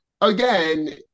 again